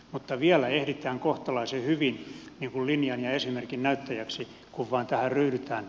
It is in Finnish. mutta vielä ehditään kohtalaisen hyvin linjan ja esimerkin näyttäjäksi kun vain tähän ryhdytään